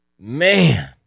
Man